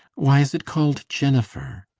why is it called jennifer?